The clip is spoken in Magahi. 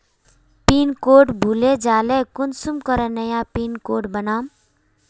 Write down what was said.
पिन कोड भूले जाले कुंसम करे नया पिन कोड बनाम?